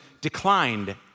declined